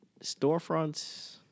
storefronts